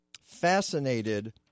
fascinated